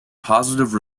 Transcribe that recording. positive